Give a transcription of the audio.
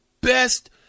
best